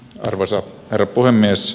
arvoisa herra puhemies